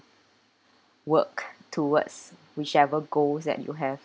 work towards whichever goals that you have